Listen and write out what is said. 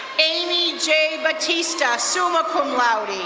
amy j. bautista, summa cum laude.